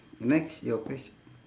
next your question